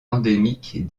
endémique